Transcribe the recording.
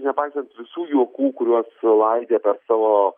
nepaisant visų juokų kuriuos laidė per savo